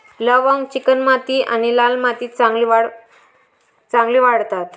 लवंग चिकणमाती आणि लाल मातीत चांगली वाढतात